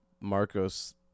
Marcos